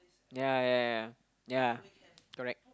ya ya ya ya correct